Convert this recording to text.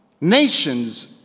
Nations